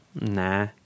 Nah